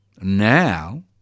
now